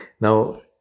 Now